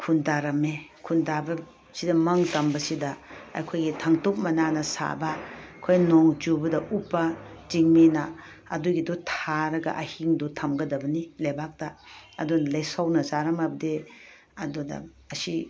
ꯈꯨꯟ ꯇꯥꯔꯝꯃꯤ ꯈꯨꯟ ꯇꯥꯕꯁꯤꯗ ꯃꯪ ꯇꯝꯕꯁꯤꯗ ꯑꯩꯈꯣꯏꯒꯤ ꯊꯥꯡꯇꯨꯞ ꯃꯅꯥꯅ ꯁꯥꯕ ꯑꯩꯈꯣꯏ ꯅꯣꯡ ꯆꯨꯕꯗ ꯎꯞꯄ ꯆꯤꯡꯃꯤꯅ ꯑꯗꯨꯒꯤꯗꯨ ꯊꯥꯔꯒ ꯑꯍꯤꯡꯗꯨ ꯊꯝꯒꯗꯕꯅꯤ ꯂꯩꯕꯥꯛꯇ ꯑꯗꯨ ꯂꯩꯁꯧꯅ ꯆꯥꯔꯝꯃꯕꯗꯤ ꯑꯗꯨꯗ ꯑꯁꯤ